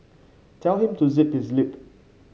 tell him to zip his lip